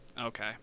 Okay